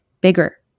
bigger